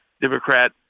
Democrat